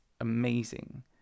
amazing